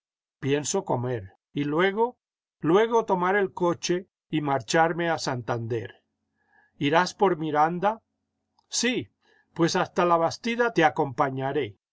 pienso comer y luego luego tomar el coche y marcharme a santander irás por miranda sí pues hasta labastida te acompañaré